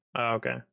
Okay